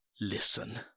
listen